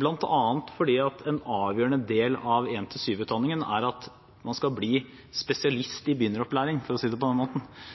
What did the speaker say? bl.a. fordi en avgjørende del av 1–7-utdanningen er at man skal bli spesialist i begynneropplæring, for å si det på den måten.